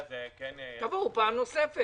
תבואו פעם נוספת.